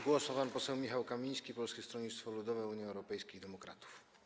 Głos ma pan poseł Michał Kamiński, Polskie Stronnictwo Ludowe - Unia Europejskich Demokratów.